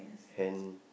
hand